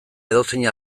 edozein